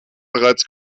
bereits